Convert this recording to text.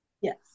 yes